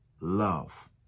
love